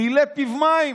מילא פיו מים.